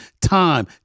time